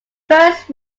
first